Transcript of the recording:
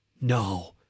No